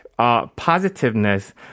Positiveness